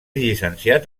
llicenciat